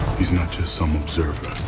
he's not just some observer.